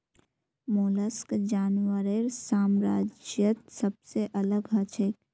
mollusc जानवरेर साम्राज्यत सबसे अलग हछेक